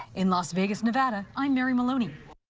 in las vegas, nevada i'm mary moloney.